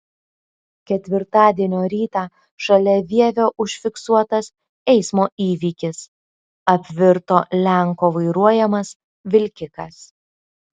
ketvirtadienio rytą šalia vievio užfiksuotas eismo įvykis apvirto lenko vairuojamas vilkikas